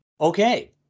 okay